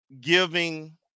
giving